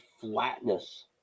flatness